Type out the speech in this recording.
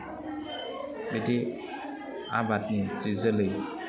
बेदि आबादनि जि जोलै